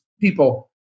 people